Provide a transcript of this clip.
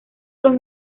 los